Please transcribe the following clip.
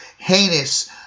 heinous